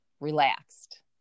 relaxed